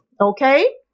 Okay